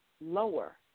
lower